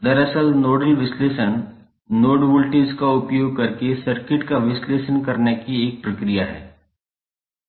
दरअसल नोडल विश्लेषण node voltage का उपयोग करके सर्किट का विश्लेषण करनेकी एक प्रक्रिया है